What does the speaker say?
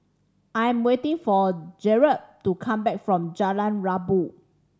I am waiting for Jerod to come back from Jalan Rabu